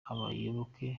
abayoboke